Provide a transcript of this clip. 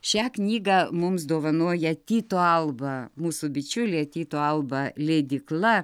šią knygą mums dovanoja tyto alba mūsų bičiulė tyto alba leidykla